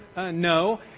No